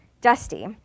Dusty